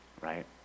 right